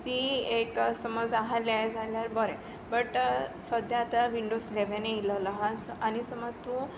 ती एक समज आसलें जाल्यार समज बरें बट सद्याक आतां विंडोज सेवेन आयिल्लो आसा आनी समज तूं